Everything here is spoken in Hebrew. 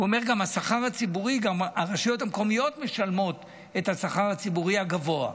הוא אמר שגם הרשויות המקומיות משלמות את השכר הציבורי הגבוה,